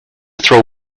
throw